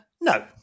no